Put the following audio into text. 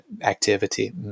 activity